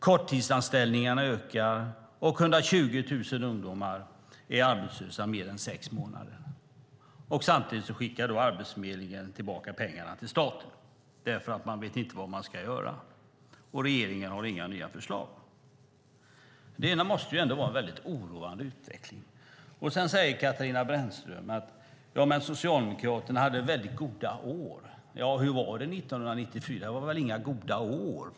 Korttidsanställningarna ökar, och 120 000 ungdomar har varit arbetslösa mer än sex månader. Samtidigt skickar Arbetsförmedlingen tillbaka pengarna till staten därför att de inte vet vad de ska göra, och regeringen har inga nya förslag. Det här måste ändå vara en oroande utveckling. Sedan säger Katarina Brännström att Socialdemokraterna hade goda år. Hur var det 1994? Det var väl inga goda år?